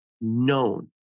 known